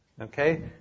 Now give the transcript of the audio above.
Okay